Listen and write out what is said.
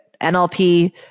NLP